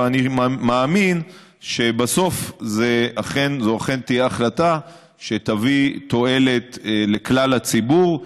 ואני מאמין שבסוף זו אכן תהיה החלטה שתביא תועלת לכלל הציבור,